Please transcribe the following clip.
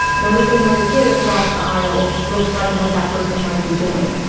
noticing what the kid across the aisle looks like and what that person might be doing,